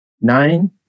nine